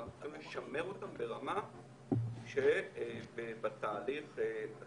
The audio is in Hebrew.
אבל אנחנו חייבים לשמר אותם ברמה שבתהליך